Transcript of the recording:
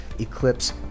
eclipse